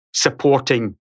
Supporting